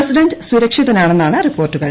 പ്രസിഡന്റ്സുരക്ഷിതനാണെന്നാന്ന്റിപ്പോർട്ടുകൾ